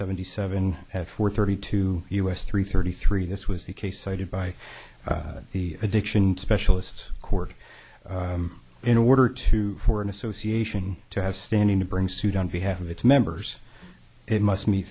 seventy seven at four thirty two us three thirty three this was the case cited by the addiction specialist court in order to for an association to have standing to bring suit on behalf of its members it must